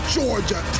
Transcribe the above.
Georgia